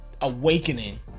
awakening